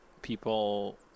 people